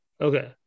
Okay